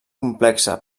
complexa